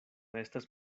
estas